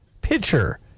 pitcher